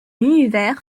univers